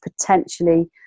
potentially